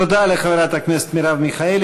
תודה לחברת הכנסת מרב מיכאלי.